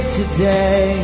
today